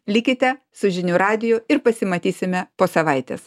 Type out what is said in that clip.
likite su žinių radiju ir pasimatysime po savaitės